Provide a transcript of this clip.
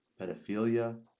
pedophilia